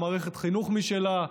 מערכת חינוך משלה,